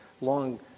long